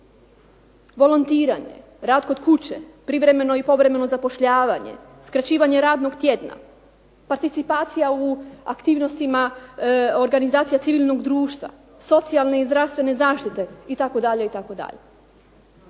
Volontiranje, rad kod kuće, privremeno i povremeno zapošljavanje, skraćivanje radnog tjedna, participacija u aktivnosti organizacijama civilnog društva, socijalne i zdravstvene zaštite itd.